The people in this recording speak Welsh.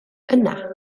yna